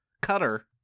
Cutter